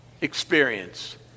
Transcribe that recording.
experience